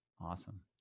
Awesome